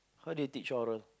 how do you teach oral